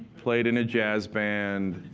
played in a jazz band,